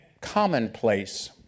commonplace